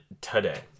today